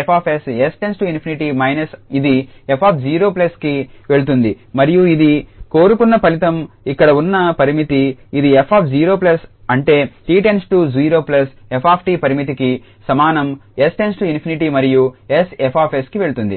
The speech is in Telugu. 𝑠F𝑠 𝑠 →∞ మైనస్ ఇది 𝑓0కి వెళుతుంది మరియు ఇది కోరుకున్న ఫలితం ఇక్కడ ఉన్న పరిమితి ఇది 𝑓0 అంటే 𝑡→ 0 𝑓𝑡 పరిమితికి సమానం 𝑠 →∞ మరియు 𝑠𝐹𝑠కి వెళుతుంది